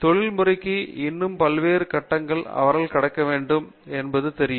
தொழில்முறைக்கு இன்னும் பல்வேறு கட்டங்களை அவர்கள் கடக்க வேண்டும் என்று தெரியும்